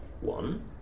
one